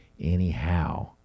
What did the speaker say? anyhow